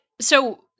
so-